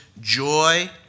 joy